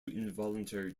involuntary